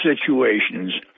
situations